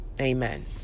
Amen